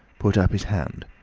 put up his hand.